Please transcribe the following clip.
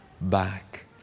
back